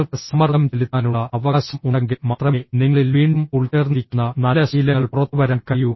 നിങ്ങൾക്ക് സമ്മർദ്ദം ചെലുത്താനുള്ള അവകാശം ഉണ്ടെങ്കിൽ മാത്രമേ നിങ്ങളിൽ വീണ്ടും ഉൾച്ചേർന്നിരിക്കുന്ന നല്ല ശീലങ്ങൾ പുറത്തുവരാൻ കഴിയൂ